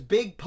Big